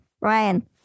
Ryan